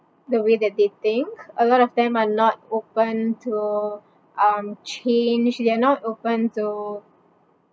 the way that they think a lot of them are not open to all um change they are not open to